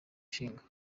ishinga